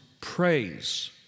praise